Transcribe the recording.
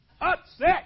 Upset